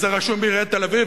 זה רשום בעיריית תל-אביב,